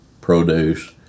produce